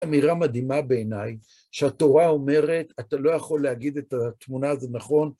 אמירה מדהימה בעיניי, שהתורה אומרת, אתה לא יכול להגיד את התמונה הזאת נכון.